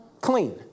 clean